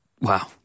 Wow